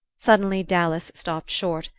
suddenly dallas stopped short,